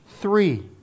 three